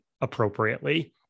appropriately